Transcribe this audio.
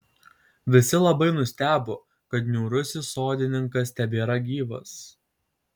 visi labai nustebo kad niūrusis sodininkas tebėra gyvas